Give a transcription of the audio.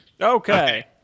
Okay